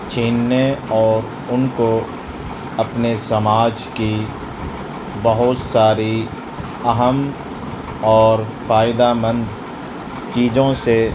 چھیننے اور ان کو اپنے سماج کی بہت ساری اہم اور فائدہ مند چیزوں سے